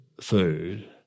food